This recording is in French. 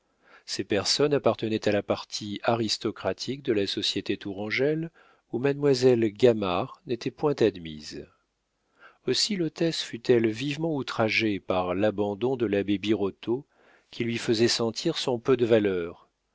ces personnes appartenaient à la partie aristocratique de la société tourangelle où mademoiselle gamard n'était point admise aussi l'hôtesse fut-elle vivement outragée par l'abandon de l'abbé birotteau qui lui faisait sentir son peu de valeur